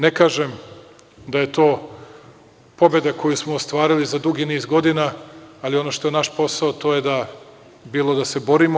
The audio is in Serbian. Ne kažem da je to pobeda koju smo ostvarili za dugi niz godina, ali ono što je naš posao, to je da se borimo.